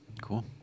Cool